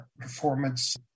performance